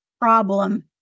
problem